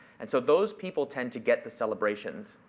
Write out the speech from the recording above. and so, those people tend to get the celebrations,